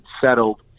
settled